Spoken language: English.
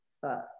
first